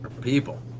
people